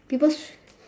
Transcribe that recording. people